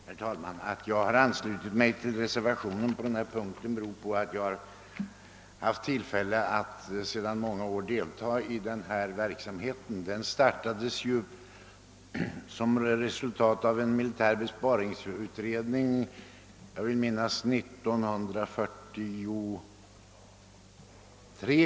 Herr talman! Jag har anslutit mig till den reservation som är fogad vid detta utlåtande därför att jag sedan många år haft tillfälle att delta i den verksamhet som det här gäller. Den startades efter en militär besparingsutredning. Jag vill minnas att det var 1943.